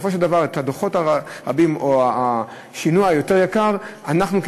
את הדוחות הרבים או את השינוע היותר-יקר אנחנו,